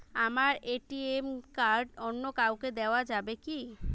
আমার ATM card অন্য কাউকে দেওয়া যাবে কি?